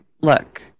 look